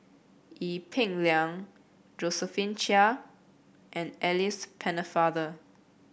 Ee Peng Liang Josephine Chia and Alice Pennefather